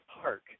park